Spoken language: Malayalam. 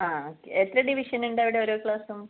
ആ എത്ര ഡിവിഷൻ ഉണ്ട് അവിടെ ഓരോ ക്ലാസും